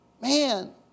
Man